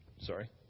Sorry